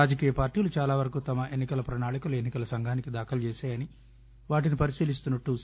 రాజకీయ పార్లీలు చాలా వరకు తమ ఎన్ని కల ప్రణాళికలను ఎన్పికల సంఘానికి దాఖలు చేశాయని వాటిని పరిశీలిస్తున్నట్లు సి